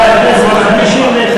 51,